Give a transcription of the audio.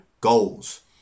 goals